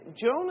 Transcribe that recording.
Jonah